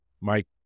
Mike